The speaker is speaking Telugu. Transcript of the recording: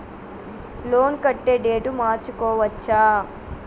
లోన్ కట్టే డేటు మార్చుకోవచ్చా?